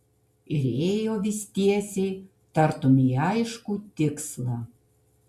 ir ėjo vis tiesiai tartum į aiškų tikslą